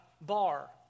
bar